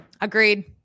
Agreed